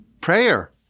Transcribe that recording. prayer